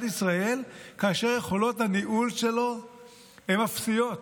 ישראל כאשר יכולות הניהול שלו הן אפסיות,